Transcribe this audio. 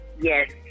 yes